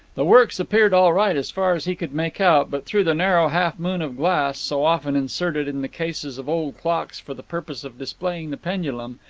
the works appeared all right as far as he could make out, but through the narrow half-moon of glass, so often inserted in the cases of old clocks for the purpose of displaying the pendulum,